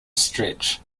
stretch